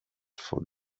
for